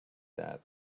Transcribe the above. that